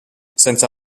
senza